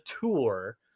tour